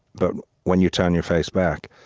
but when you turn your face back,